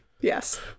Yes